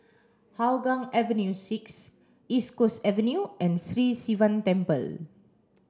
Hougang Avenue six East Coast Avenue and Sri Sivan Temple